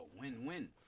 win-win